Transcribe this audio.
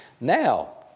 Now